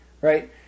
right